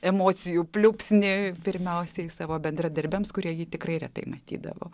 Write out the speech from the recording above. emocijų pliūpsnį pirmiausiai savo bendradarbiams kurie tikrai retai matydavo